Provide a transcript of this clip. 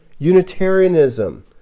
Unitarianism